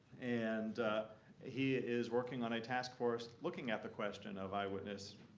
and he is working on a task force looking at the question of eyewitness